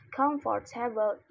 comfortable